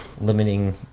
Limiting